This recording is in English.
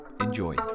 Enjoy